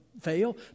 fail